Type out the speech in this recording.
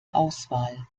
auswahl